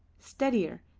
steadier,